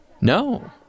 No